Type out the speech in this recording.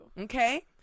Okay